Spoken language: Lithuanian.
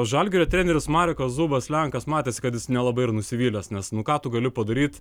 žalgirio treneris marekas zubas lenkas matėsi kad jis nelabai ir nusivylęs nes nu ką tu gali padaryt